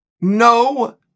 no